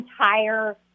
entire